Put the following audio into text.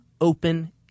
open